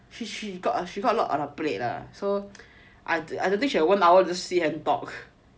she got a lot on her plate lah so I don't think she one hour to sit and talk